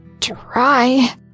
try